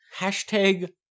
Hashtag